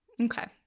Okay